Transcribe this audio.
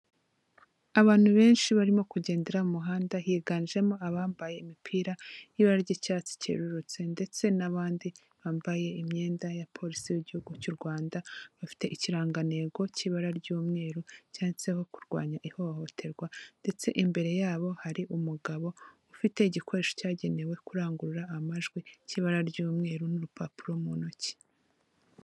Abantu benshi barimo kugendera mu muhanda, higanjemo abambaye imipira y'ibara ry'icyatsi kerurutse, ndetse n'abandi bambaye imyenda ya Polisi y'Igihugu cy'u Rwanda, bafite ikirangantego cy'ibara ry'umweru cyanditseho kurwanya ihohoterwa, ndetse imbere yabo hari umugabo ufite igikoresho cyagenewe kurangurura amajwi cy'ibara ry'umweru n'urupapuro mu ntoki.